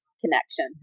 connection